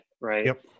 right